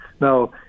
Now